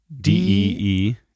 D-E-E